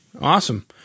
Awesome